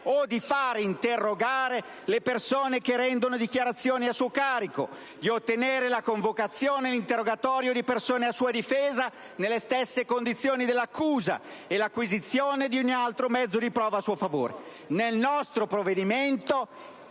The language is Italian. o di far interrogare le persone che rendono dichiarazioni a suo carico, di ottenere la convocazione e l'interrogatorio di persone a sua difesa nelle stesse condizioni dell'accusa e l'acquisizione di ogni altro mezzo di prova a suo favore». Il testo del nostro provvedimento